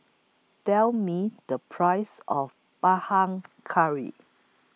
Tell Me The Price of Curry